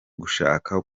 gushaka